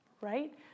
right